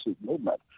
movement